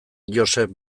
josep